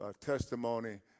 testimony